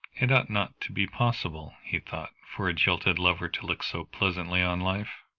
it ought not to be possible, he thought, for a jilted lover to look so pleasantly on life.